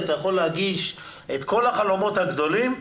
אתה יכול להגיש את כל החלומות הגדולים,